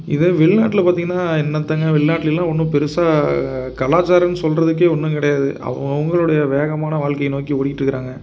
இதே வெளிநாட்டுல பார்த்தீங்கன்னா என்னத்தைங்க வெளிநாட்டிலலாம் ஒன்றும் பெருசாக கலாச்சாரம்ன்னு சொல்லுறதுக்கே ஒன்றும் கிடையாது அவங்கவுங்களுடைய வேகமான வாழ்க்கைய நோக்கி ஓடிகிட்டுருக்குறாங்க